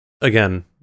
again